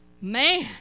man